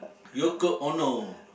Yoko Ono